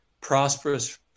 prosperous